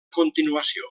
continuació